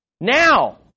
Now